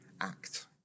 act